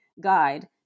guide